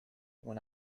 when